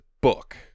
book